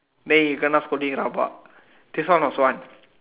than he call not scolding about this one was one